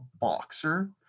boxer